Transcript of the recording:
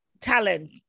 talent